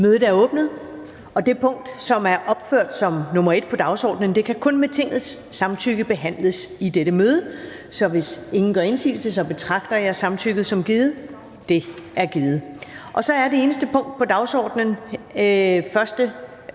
(Karen Ellemann): Den sag, som er opført under punkt 1 på dagsordenen, kan kun med Tingets samtykke behandles i dette møde. Hvis ingen gør indsigelse, betragter jeg samtykke som givet. Det er givet. --- Det eneste punkt på dagsordenen er: